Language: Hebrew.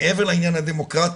מעבר לעניין הדמוקרטי.